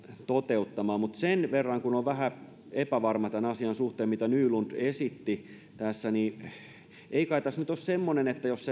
toteuttamaan mutta sen verran kun olen vähän epävarma tämän asian suhteen mitä nylund esitti tässä ei kai tässä nyt ole niin että jos